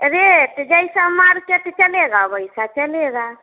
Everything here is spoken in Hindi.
रेट जैसा मार्केट चलेगा वैसा चलेगा